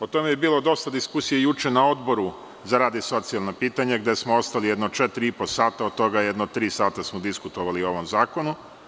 O tome je bilo dosta diskusije juče na Odboru za rad i socijalna pitanja, gde smo ostali jedno četiri i po sata, a od toga smo jedno tri, ili dva i po sata diskutovali o ovom zakonu.